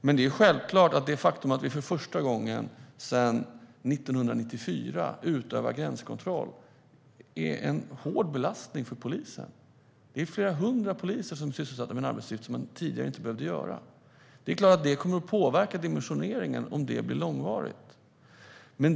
Det är dock självklart att det faktum att vi för första gången sedan 1994 utövar gränskontroll är en hård belastning för polisen. Det är flera hundra poliser som sysslar med en arbetsuppgift som man tidigare inte behövde göra. Det är klart att det kommer att påverka dimensioneringen om det blir långvarigt.